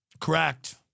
Correct